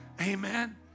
Amen